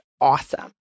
awesome